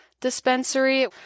dispensary